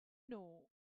know